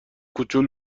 کوچول